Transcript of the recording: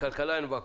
בכלכלה אין ואקום,